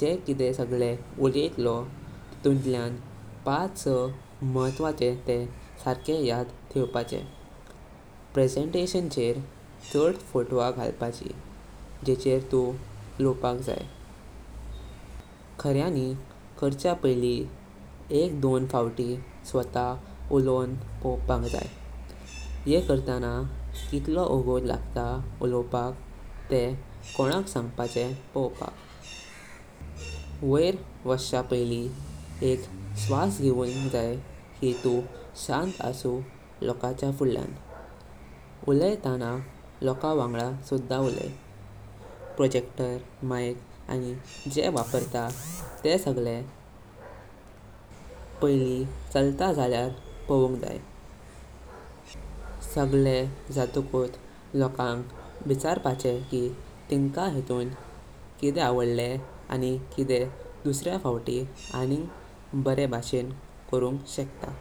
जे किदे सगळे उलायतलो तितुंतल्या पाच सा महत्वाचे तेह सर्खे याद ठेवेपाचे। प्रेझेंटेशन चेर चढ फोटोवा गलपाचे जेचेर तू उलवपाक जाय। खऱयांनी खर्चा पैली एक दोन फवती स्वता उलवून पोवपाक जाय। ये करताना कितलो उगोट लागता उलवपाक तेह कोन्नाक सांगपाचे पोवपाक। वैर वैचा पैली एक श्वास घेवं जाय की तू शांत असु लोकांचा फुडल्यां। उलायताना लोकवांगड सुद्दा उलाय। प्रोजेक्टर, माइक आनि जे वापरता ते सगळे पैली चळता झाल्यार पोवुंजाय। सगळे ज़टाकुत लोकांक विचारपाचे की तिंका हितु किदे अडवाडले आनि किदे दुसऱ्या फवती अनिग बरे भाषें करून शकता।